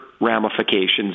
ramifications